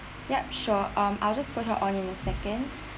ya sure um I'll just put her on in a second